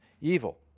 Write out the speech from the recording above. evil